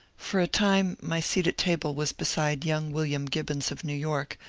for a time my seat at table was beside young william gibbons of new york,